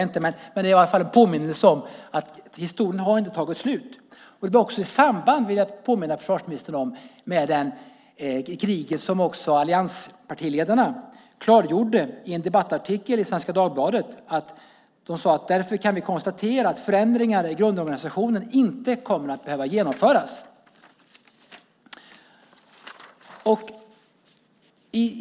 Men det är i alla fall en påminnelse om att historien inte har tagit slut. Det var också i samband med kriget, vill jag påminna försvarsministern om, som allianspartiledarna i en debattartikel i Svenska Dagbladet sade: Därför kan vi konstatera att förändringar i grundorganisationen inte kommer att behöva genomföras.